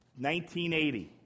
1980